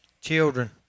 Children